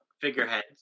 figureheads